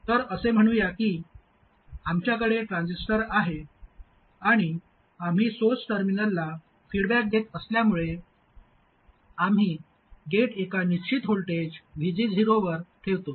तर असे म्हणूया की आमच्याकडे ट्रान्झिस्टर आहे आणि आम्ही सोर्स टर्मिनलला फीडबॅक देत असल्यामुळे आम्ही गेट एका निश्चित व्होल्टेज VG0 वर ठेवतो